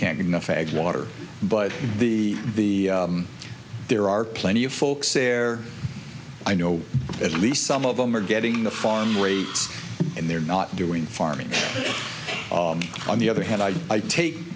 can't get enough eggs water but the the there are plenty of folks there i know at least some of them are getting the farm rates and they're not doing farming on the other hand i do i take